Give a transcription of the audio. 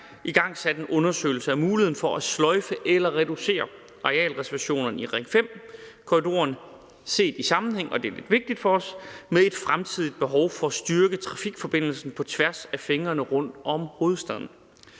– igangsat en undersøgelse af muligheden for at sløjfe eller reducere arealreservationerne i Ring 5-transportkorridoren set i sammenhæng, hvilket er lidt vigtigt for os, med et fremtidigt behov for at styrke trafikforbindelsen på tværs af fingrene rundt om hovedstaden.